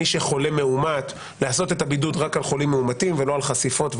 מי שחולה מאומת לעשות את הבידוד רק על חולים מאומתים ולא על חשיפות,